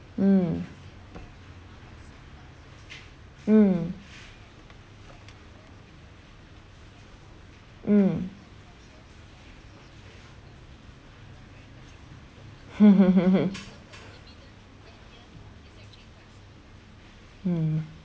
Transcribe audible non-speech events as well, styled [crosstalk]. mm mm mm mm [laughs] mm